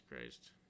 Christ